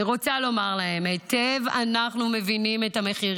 אני רוצה לומר להם: אנחנו מבינים היטב